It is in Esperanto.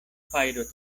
fajro